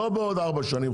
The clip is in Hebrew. לא בעוד 4 שנים,